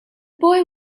boy